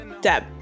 Deb